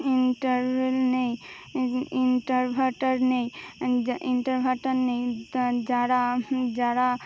inter নেই inverter নেই inverter নেই যারা যারা